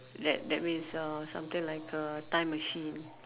that that means uh something like a time machine